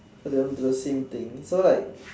the the same thing so like